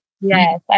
Yes